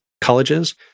colleges